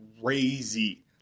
crazy